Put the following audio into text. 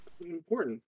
important